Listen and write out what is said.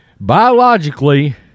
Biologically